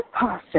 pasta